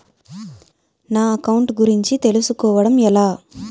నా అకౌంట్ గురించి తెలుసు కోవడం ఎలా?